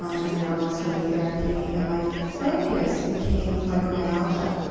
um i do neuromuscular therapy, and my focus became fibromyalgia.